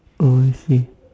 oh she